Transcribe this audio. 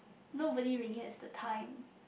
nobody really has the time